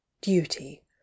duty